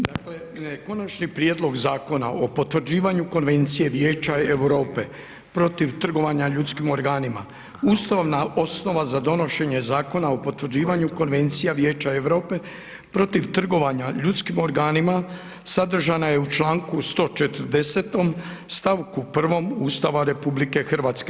Dakle Konačni prijedlog Zakona o potvrđivanju Konvencije Vijeća Europe protiv trgovanja ljudskim organima, ustavna osnovna za donošenje Zakona o potvrđivanju Konvencije Vijeća Europe protiv trgovanja ljudskim organima sadržana je u članku 140. stavku 1. Ustava RH.